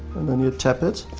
and then you tap it.